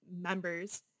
members